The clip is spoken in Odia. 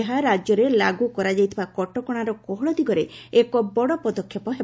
ଏହା ରାଜ୍ୟରେ ଲାଗୁ କରାଯାଇଥିବା କଟକଶାର କୋହଳ ଦିଗରେ ଏକ ବଡ଼ ପଦକ୍ଷେପ ହେବ